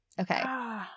Okay